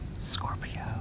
Scorpio